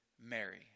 Mary